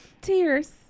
tears